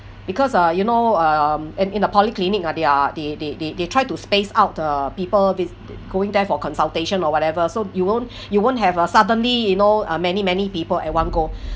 because uh you know um and in a polyclinic ah they uh they they they they try to space out the people vi~ going there for consultation or whatever so you won't you won't have uh suddenly you know uh many many people at one go